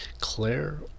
Claire